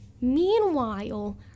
meanwhile